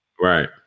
Right